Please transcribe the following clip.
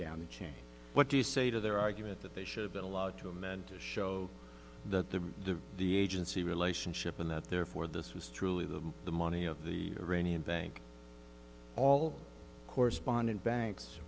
down the chain what do you say to their argument that they should have been allowed to amend to show that the the agency relationship and that therefore this was truly them the money of the iranian bank all correspondent banks